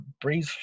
breathe